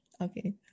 Okay